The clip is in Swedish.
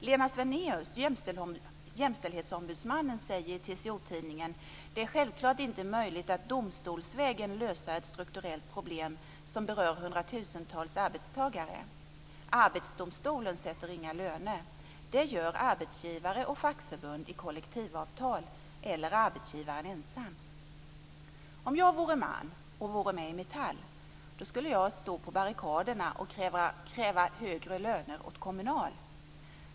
Lena Svenaeus, Jämställdhetsombudsmannen, säger i TCO-tidningen: Det är självklart inte möjligt att domstolsvägen lösa ett strukturellt problem som berör hundratusentals arbetstagare. Arbetsdomstolen sätter inga löner. Det gör arbetsgivare och fackförbund i kollektivavtal eller arbetsgivaren ensam. Om jag vore man och vore med i Metall skulle jag stå på barrikaderna och kräva högre löner åt Kommunal.